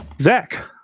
Zach